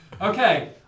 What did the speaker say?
Okay